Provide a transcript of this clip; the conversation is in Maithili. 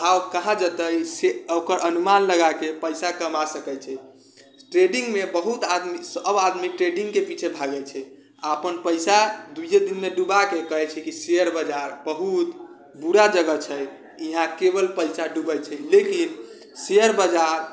भाव ओकर कहाँ जेतै से ओकर अनुमान लगाकऽ पैसा कमा सकै छै ट्रेडिङ्गमे बहुत आदमीसब आदमी ट्रेडिङ्गके पीछे भागै छै अपन पैसा दुइए दिनमे डुबाके कहै छै कि शेयर बाजार बहुत बुरा जगह छै यहाँ केवल पइसा डुबै छै लेकिन शेयर बाजार